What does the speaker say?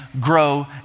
grow